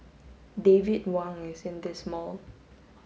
David Wang is in this mall